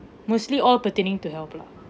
mostly all pertaining to health lah